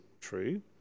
true